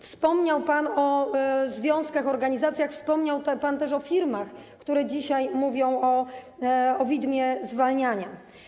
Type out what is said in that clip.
Wspomniał pan o związkach, organizacjach, wspomniał pan też o firmach, które dzisiaj mówią o widmie zwalniania.